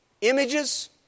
images